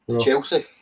Chelsea